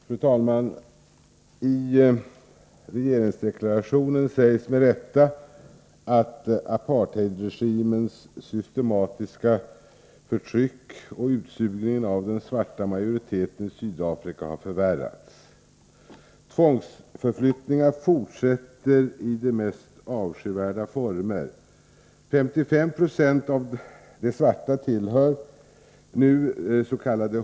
Fru talman! I regeringsdeklarationen sägs med rätta att apartheidregimens systematiska förtryck och utsugning av den svarta majoriteten i Sydafrika har förvärrats. Tvångsförflyttningarna fortsätter i de mest avskyvärda former. 55 90 av de svarta tillhör nus.k.